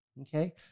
Okay